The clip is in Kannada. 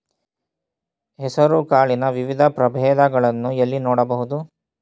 ಹೆಸರು ಕಾಳಿನ ವಿವಿಧ ಪ್ರಭೇದಗಳನ್ನು ಎಲ್ಲಿ ನೋಡಬಹುದು?